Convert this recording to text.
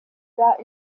got